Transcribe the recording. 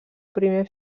primer